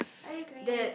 I agree